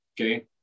Okay